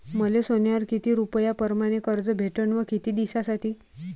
मले सोन्यावर किती रुपया परमाने कर्ज भेटन व किती दिसासाठी?